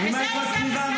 טלי גוטליב